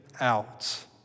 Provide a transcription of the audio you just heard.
out